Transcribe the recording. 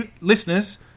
listeners